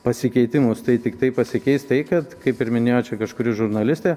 pasikeitimus tai tiktai pasikeis tai kad kaip ir minėjo čia kažkuri žurnalistė